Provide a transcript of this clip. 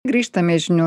grįžtame į žinių